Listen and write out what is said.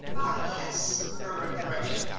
yes, murmured the rector.